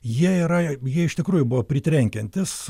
jie yra jie iš tikrųjų buvo pritrenkiantys